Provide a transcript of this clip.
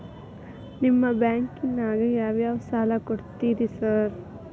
ನಿಮ್ಮ ಬ್ಯಾಂಕಿನಾಗ ಯಾವ್ಯಾವ ಸಾಲ ಕೊಡ್ತೇರಿ ಸಾರ್?